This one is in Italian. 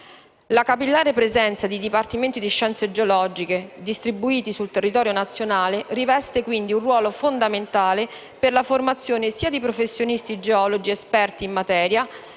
La capillare presenza di dipartimenti di scienze geologiche distribuiti sul territorio nazionale riveste quindi un ruolo fondamentale per la formazione sia di professionisti geologi esperti in materia